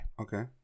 okay